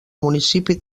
municipi